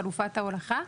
חלופת ההולכה,